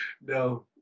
no